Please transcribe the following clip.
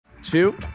Two